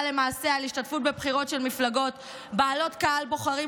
למעשה על השתתפות בבחירות של מפלגות בעלות קהל בוחרים